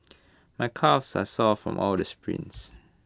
my calves are sore from all the sprints